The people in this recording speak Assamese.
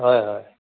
হয় হয়